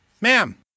Ma'am